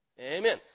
Amen